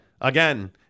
Again